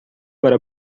para